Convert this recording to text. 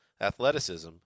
athleticism